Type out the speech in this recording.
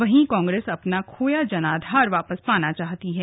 वहीं कांग्रेस अपना खोया जनाधार वापस पाना चाहती है